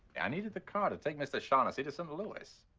i needed the car to take mr. shaughnessy to st. louis.